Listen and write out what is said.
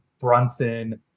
Brunson